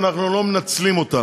ואנחנו לא מנצלים אותה.